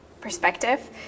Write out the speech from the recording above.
perspective